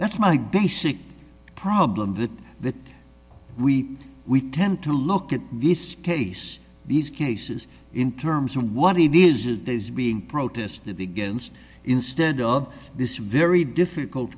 that's my basic problem that that we we tend to look at this case these cases in terms of what it is it is being protested against instead of this very difficult